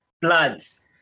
bloods